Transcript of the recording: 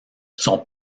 son